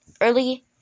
early